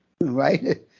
right